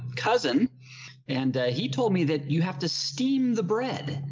cousin and ah, he told me that you have to steam the bread.